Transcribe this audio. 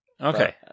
Okay